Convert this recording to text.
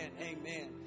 Amen